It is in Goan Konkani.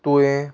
तुयें